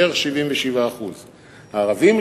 בערך 77%. הערבים,